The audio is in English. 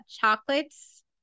chocolate's